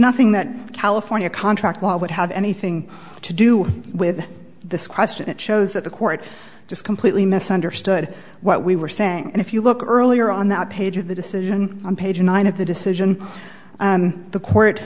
nothing that california contract law would have anything to do with this question it shows that the court just completely misunderstood what we were saying and if you look at earlier on that page of the decision on page nine of the decision the court